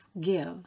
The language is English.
give